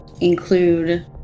include